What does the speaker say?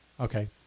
okay